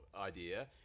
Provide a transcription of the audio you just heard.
idea